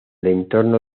contorno